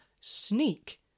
sneak